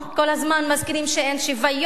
כל הזמן מזכירים שאין שוויון,